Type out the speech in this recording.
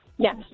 Yes